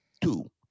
Two